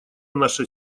наша